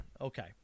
Okay